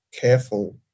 careful